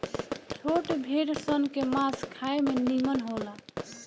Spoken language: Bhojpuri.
छोट भेड़ सन के मांस खाए में निमन होला